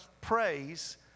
praise